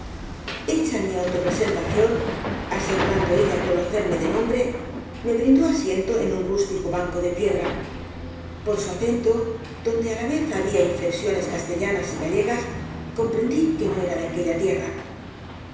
hecha mi autopresentación asegurando ella conocerme de nombre me brindó asiento en un rústico banco de piedra por su acento donde á la vez había inflexiones castellanas y gallegas comprendí que no era de aquella tierra